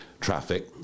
traffic